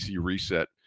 reset